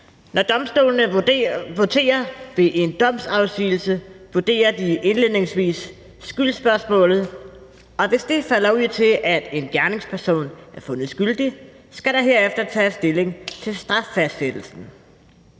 Når domstolene voterer, vil en domsafsigelse indledningsvis vurdere skyldsspørgsmålet, og hvis det falder ud til, at en gerningsperson bliver fundet skyldig, skal der herefter tages stilling til straffastsættelsen.